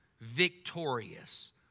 victorious